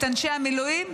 את אנשי המילואים,